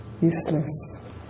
useless